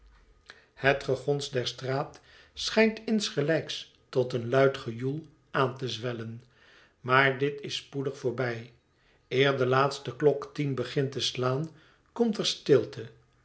het gegons der straat schijnt insgelijks tot een luid gejoel aan te zwellen maar dit is spoedig voorbij eer de laatste klok tien begint te slaan komt er stilte